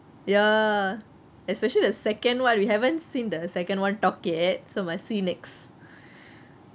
ya especially the second [one] you haven't seen the second [one] talk it so must see next